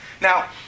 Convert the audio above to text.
Now